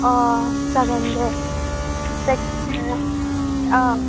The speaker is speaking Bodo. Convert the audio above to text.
अ जागोन दे जायखिजाया अ